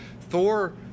Thor